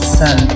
sun